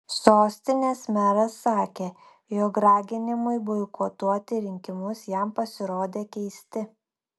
sostinės meras sakė jog raginimai boikotuoti rinkimus jam pasirodė keisti